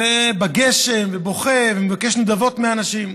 בגשם, בוכה, ומבקש נדבות מאנשים.